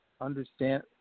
Understand